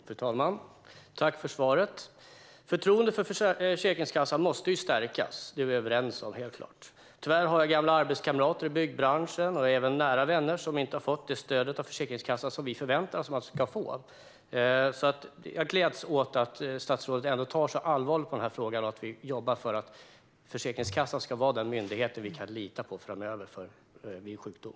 Fru talman! Jag tackar statsrådet för svaret. Att förtroendet för Försäkringskassan måste stärkas är vi överens om. Jag har gamla arbetskamrater i byggbranschen och nära vänner som tyvärr inte har fått det stöd av Försäkringskassan som de förväntade sig. Jag gläds därför åt att statsrådet tar så allvarligt på frågan och jobbar för att Försäkringskassan ska vara en myndighet man kan lita på framöver vid sjukdom.